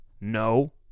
No